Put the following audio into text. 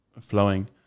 flowing